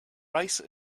rice